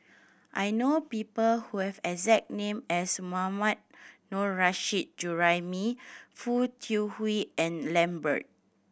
I know people who have exact name as Mohammad Nurrasyid Juraimi Foo Tui Liew and Lambert